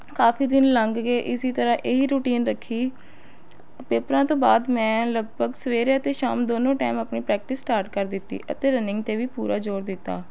ਕਾਫੀ ਦਿਨ ਲੰਘ ਗਏ ਇਸ ਤਰ੍ਹਾਂ ਇਹੀ ਰੋਟੀਨ ਰੱਖੀ ਪੇਪਰਾਂ ਤੋਂ ਬਾਅਦ ਮੈਂ ਲਗਭਗ ਸਵੇਰੇ ਅਤੇ ਸ਼ਾਮ ਦੋਨੋਂ ਟਾਇਮ ਆਪਣੀ ਪ੍ਰੈਕਟਿਸ ਸਟਾਰਟ ਕਰ ਦਿੱਤੀ ਅਤੇ ਰਨਿੰਗ 'ਤੇ ਵੀ ਪੂਰਾ ਜ਼ੋਰ ਦਿੱਤਾ